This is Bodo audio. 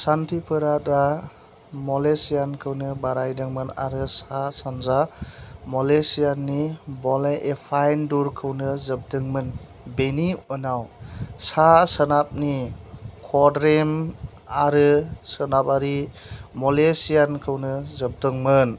सानथ्रिफोरा दा मलेशियाखौ बारदोंमोन आरो सा सानजा मलेशियानि वल्लईपान्डुरखौ जोबदोंमोन बेनि इयुनाव सा सोनाबनि कदरेम आरो सोनाबारि मलेशियाखौ जोबदोंमोन